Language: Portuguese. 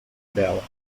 dela